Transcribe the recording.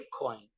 Bitcoin